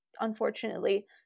unfortunately